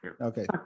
Okay